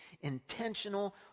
intentional